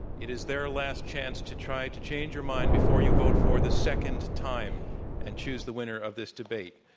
it is their last chance to try to change your mind before you vote for the second time and choose the winner of this debate.